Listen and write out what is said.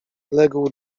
legł